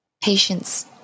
Patience